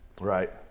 Right